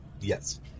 Yes